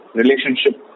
relationship